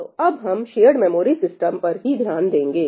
तो अब हम शेयर्ड मेमोरी सिस्टम पर ही ध्यान देंगे